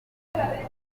ubuyobozi